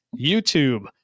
youtube